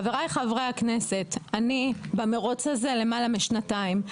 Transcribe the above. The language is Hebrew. חבריי, חברי הכנסת, אני במרוץ הזה למעלה משנתיים.